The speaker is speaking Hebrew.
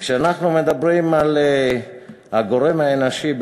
וכשאנחנו מדברים על הגורם האנושי,